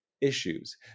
issues